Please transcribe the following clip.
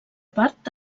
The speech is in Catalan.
part